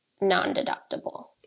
non-deductible